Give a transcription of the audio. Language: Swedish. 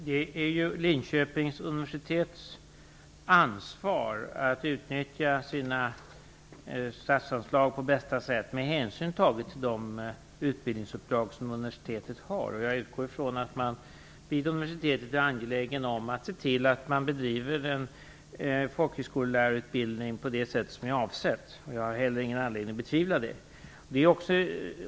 Fru talman! Det är Linköpings universitets ansvar att utnyttja sina statsanslag på bästa sätt, med hänsyn tagen till de utbildningsuppdrag som universitet har. Jag utgår från att man vid universitet är angelägen om att se till att folkhögskollärarutbildningen bedrivs på avsett sätt. Jag har ingen anledning att betvivla det.